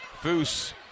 Foose